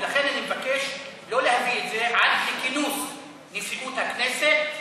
ולכן אני מבקש לא להביא את זה עד לכינוס נשיאות הכנסת,